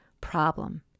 problem